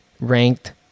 ranked